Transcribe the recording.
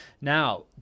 Now